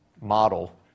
model